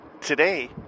today